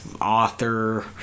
Author